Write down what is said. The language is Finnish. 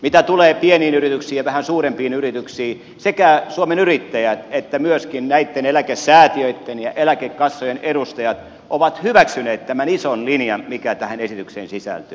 mitä tulee pieniin yrityksiin ja vähän suurempiin yrityksiin sekä suomen yrittäjät että myöskin näitten eläkesäätiöitten ja eläkekassojen edustajat ovat hyväksyneet tämän ison linjan mikä tähän esitykseen sisältyy